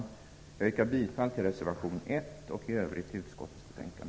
Jag yrkar bifall till reservation 1 och i övrigt till utskottets hemställan.